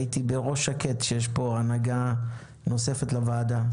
הייתי בראש שקט שיש פה הנהגה נוספת לוועדה.